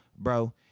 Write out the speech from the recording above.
bro